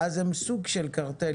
ואז הם סוג של קרטל.